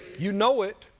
you know it,